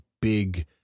big